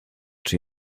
czy